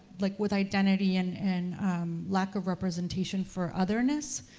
like with identity and and lack of representation for otherness